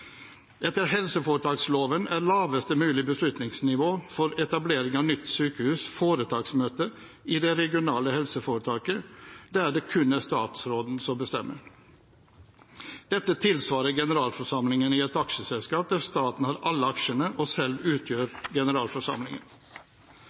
Etter helseforetaksloven er laveste mulige beslutningsnivå for etablering av nytt sykehus foretaksmøtet i det regionale helseforetaket, der det kun er statsråden som bestemmer. Dette tilsvarer generalforsamlingen i et aksjeselskap der staten har alle aksjene og selv utgjør generalforsamlingen.